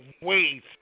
wait